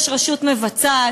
יש רשות מבצעת,